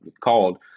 called